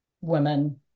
women